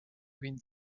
hind